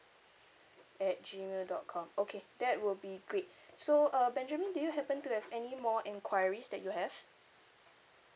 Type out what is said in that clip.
at gmail dot com okay that would be great so uh benjamin do you happen to have any more enquiries that you have